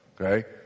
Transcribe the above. Okay